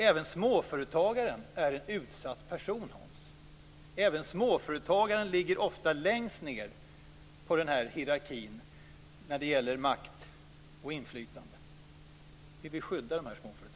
Även småföretagaren är en utsatt person, Hans. Småföretagaren befinner sig ofta längst ned i hierarkin när det gäller makt och inflytande. Vi vill skydda dessa småföretagare.